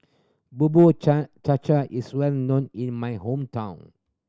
Bubur Cha Cha cha is well known in my hometown